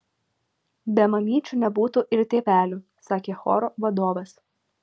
be mamyčių nebūtų ir tėvelių sakė choro vadovas